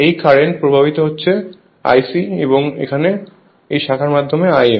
এই কারেন্ট প্রবাহিত হচ্ছে Ic এবং এই শাখার মাধ্যমে Im